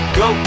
go